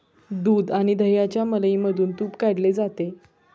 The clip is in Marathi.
दूध आणि दह्याच्या मलईमधून तुप काढले जाते